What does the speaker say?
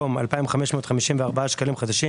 במקום "2,554 שקלים חדשים"